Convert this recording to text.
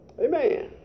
Amen